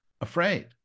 afraid